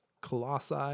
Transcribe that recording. colossi